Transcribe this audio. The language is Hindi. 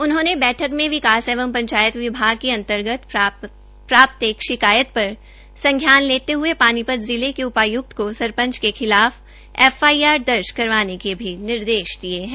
उन्होंने बैठक में विकास एवं पंचायत विभाग के अंतर्गत प्राप्त एक शिकायत पर संज्ञान लेते हये पानीपत जिले के उपाय्क्त को सरपंच के खिलाफ एफआईआर दर्ज करवाने के भी निर्देश दिए है